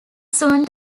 sewn